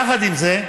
יחד עם זה,